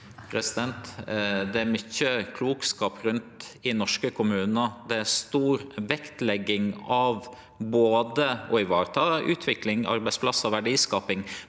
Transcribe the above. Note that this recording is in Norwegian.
Det er mykje klokskap rundt i norske kommunar. Det er stor vektlegging av å vareta utvikling, arbeidsplassar og verdiskaping,